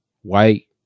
white